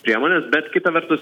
priemonės bet kita vertus